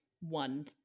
one